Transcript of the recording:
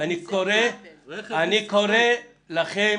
אני קורא לכם